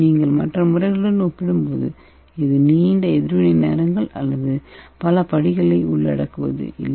நீங்கள் மற்ற முறைகளுடன் ஒப்பிடும்போது இது நீண்ட எதிர்வினை நேரங்கள் அல்லது பல படிகளை உள்ளடக்குவதில்லை